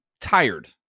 tired